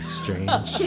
strange